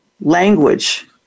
language